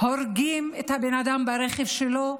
הורגים את הבן אדם ברכב שלו,